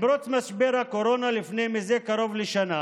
עם פרוץ משבר הקורונה לפני קרוב לשנה